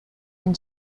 and